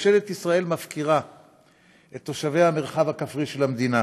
ממשלת ישראל מפקירה את תושבי המרחב הכפרי של המדינה.